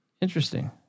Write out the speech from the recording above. Interesting